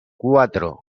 cuatro